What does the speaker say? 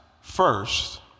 first